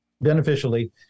beneficially